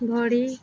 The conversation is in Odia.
ଭଳି